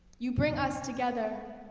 you bring us together.